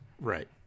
Right